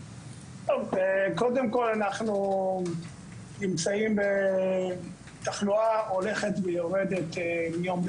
קודם כל אנחנו נמצאים בתחלואה הולכת ויורדת מיום ליום,